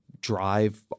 drive –